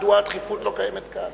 מדוע הדחיפות לא קיימת כאן?